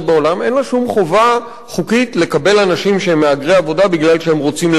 שום חובה חוקית לקבל אנשים שהם מהגרי עבודה מפני שהם רוצים להגר.